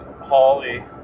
Holly